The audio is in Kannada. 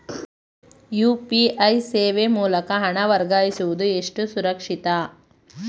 ಯು.ಪಿ.ಐ ಸೇವೆ ಮೂಲಕ ಹಣ ವರ್ಗಾಯಿಸುವುದು ಎಷ್ಟು ಸುರಕ್ಷಿತ?